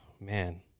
man